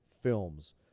films